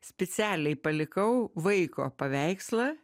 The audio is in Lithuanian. specialiai palikau vaiko paveikslą